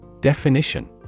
Definition